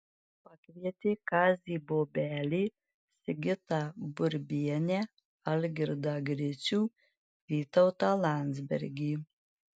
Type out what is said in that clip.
pakvietė kazį bobelį sigitą burbienę algirdą gricių vytautą landsbergį